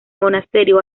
monasterio